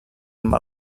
amb